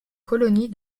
colonie